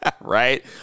Right